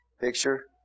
picture